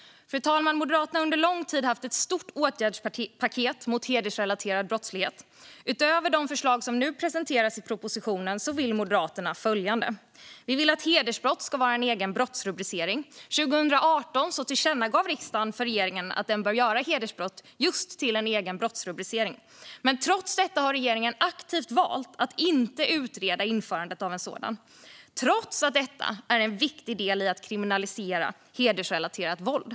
Fru talman! Moderaterna har under lång tid haft ett stort åtgärdspaket mot hedersrelaterad brottslighet. Utöver de förslag som nu presenteras i propositionen vill Moderaterna göra följande. Vi vill att hedersbrott ska vara en egen brottsrubricering. År 2018 tillkännagav riksdagen för regeringen att den bör göra hedersbrott just till en egen brottsrubricering. Ändå har regeringen aktivt valt att inte utreda införandet av en sådan trots att det vore en viktig del i att kriminalisera hedersrelaterat våld.